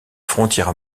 frontières